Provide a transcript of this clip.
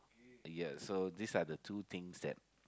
yeah so these are the two things that